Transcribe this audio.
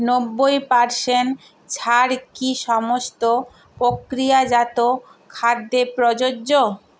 নব্বই পার্সেন্ট ছাড় কি সমস্ত প্রক্রিয়াজাত খাদ্যে প্রযোজ্য